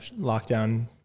lockdown